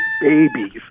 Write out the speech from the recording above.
babies